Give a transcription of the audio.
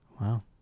wow